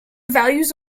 values